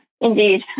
indeed